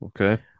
okay